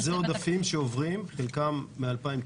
אלה עודפים שעוברים, חלקם מ-2019,